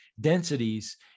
densities